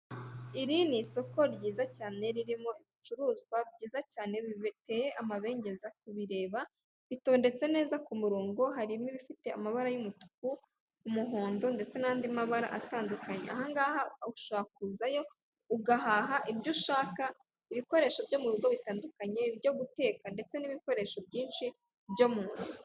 Iri ni isoko ryiza cyane ririmo ibicuruzwa byiza cyane biteye amabengeza ku bireba. Bitondetse neza ku murongo harimo ibifite amabara y'umutuku, umuhondo ndetse n'andi mabara atandukanye. Ahangaha ushobora kuza yo ugahaha ibyo ushaka ibikoresho byo mu rugo bitandukanye, ibyo guteka ndetse n'ibikoresho byinshi byo mu nzu.